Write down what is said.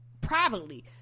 privately